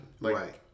Right